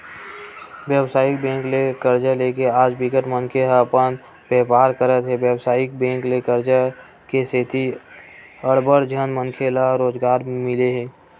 बेवसायिक बेंक ले करजा लेके आज बिकट मनखे ह अपन बेपार करत हे बेवसायिक बेंक के करजा के सेती अड़बड़ झन मनखे ल रोजगार मिले हे